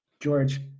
George